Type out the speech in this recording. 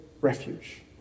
refuge